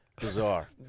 bizarre